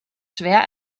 schwer